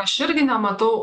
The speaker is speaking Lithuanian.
aš irgi nematau